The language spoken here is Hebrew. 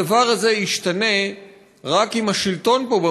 הדבר הזה ישתנה רק אם השלטון פה,